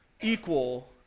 equal